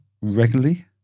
regularly